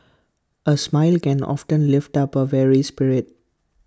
A smile can often lift up A weary spirit